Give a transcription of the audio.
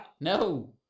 No